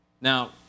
Now